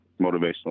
motivational